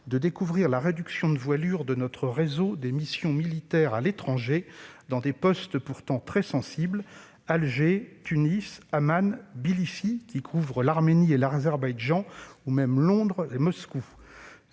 de découvrir la réduction de voilure de notre réseau de missions militaires à l'étranger, dans des postes pourtant très sensibles : Alger, Tunis, Amman, Tbilissi- ce poste couvre l'Arménie et l'Azerbaïdjan -, et même Londres et Moscou